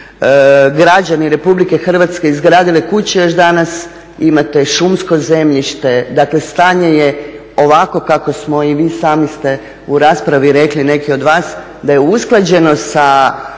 građani Republike Hrvatske izgradili kuće još danas imate šumsko zemljište. Dakle, stanje je ovakvo kako smo, i vi sami ste u raspravi rekli neki od vas, da je usklađenost